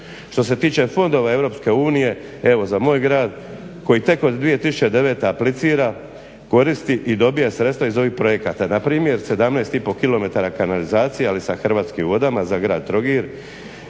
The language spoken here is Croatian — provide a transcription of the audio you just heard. Što se tiče fondova EU evo za moj grad koji tek od 2009.aplicira koristi i dobija sredstva iz ovih projekta, npr. 17,5km kanalizacije ali sa Hrvatskim vodama za grad Trogir,